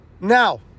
Now